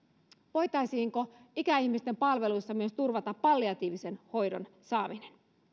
voitaisiinko ikäihmisten palveluissa myös turvata palliatiivisen hoidon saaminen